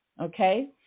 Okay